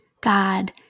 God